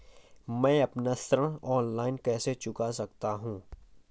मैं अपना ऋण ऑनलाइन कैसे चुका सकता हूँ?